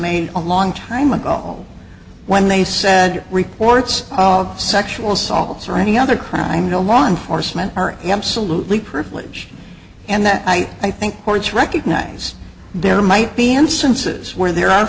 made a long time ago when they said reports of sexual assaults or any other crime you know law enforcement are absolutely privilege and that i i think courts recognize there might be instances where there are